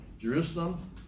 Jerusalem